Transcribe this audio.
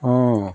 অঁ